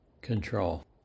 control